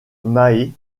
mahé